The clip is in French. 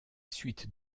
suite